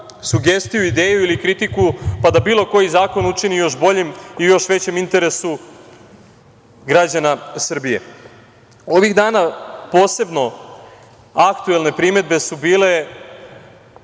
sugestiju, ideju ili kritiku, pa da bilo koji zakon učini još boljim i u još većem interesu građana Srbije. Ovih dana posebno aktuelne primedbe su bile